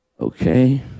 Okay